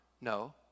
no